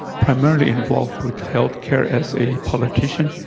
primarily involved with healthcare as a politician,